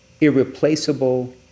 irreplaceable